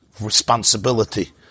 responsibility